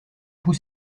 pouls